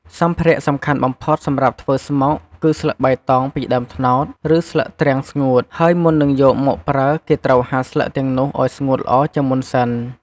សម្ភារៈសំខាន់បំផុតសម្រាប់ធ្វើស្មុគគឺស្លឹកបៃតងពីដើមត្នោត ឬស្លឹកទ្រាំងស្ងួត ហើយមុននឹងយកមកប្រើគេត្រូវហាលស្លឹកទាំងនោះឲ្យស្ងួតល្អជាមុនសិន។